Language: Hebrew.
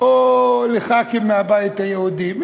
או לחברי כנסת מהבית היהודי,